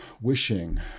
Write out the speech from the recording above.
wishing